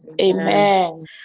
Amen